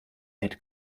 had